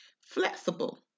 Flexible